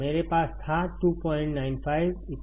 मेरे पास था 295 4 V VT